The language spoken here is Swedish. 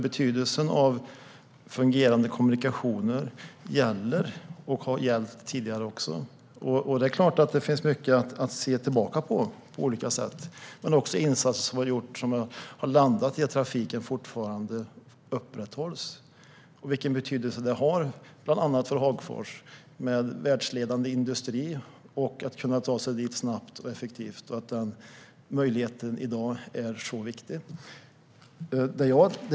Betydelsen av fungerande kommunikationer gäller och har gällt också tidigare. Det är klart att det finns mycket att se tillbaka på, bland annat de insatser som har gjorts för att trafiken fortfarande kan upprätthållas. Vi har också sett vilken stor betydelse det har för bland annat Hagfors, som har en världsledande industri. Möjligheten att ta sig dit snabbt och effektivt är så viktig i dag.